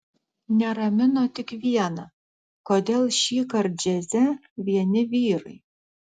neramino tik viena kodėl šįkart džiaze vieni vyrai